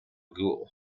ghoul